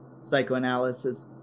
psychoanalysis